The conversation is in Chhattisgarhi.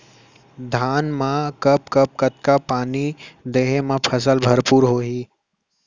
धान मा कब कब कतका पानी देहे मा फसल भरपूर होही?